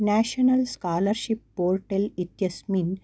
national scholarship portal इत्यस्मिन्